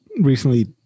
Recently